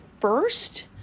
first